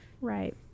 right